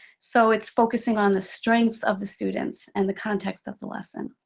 so it is focusing on the strengths of the students, and the context of the lesson.